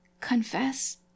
confess